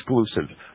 exclusive